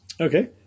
Okay